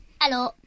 Hello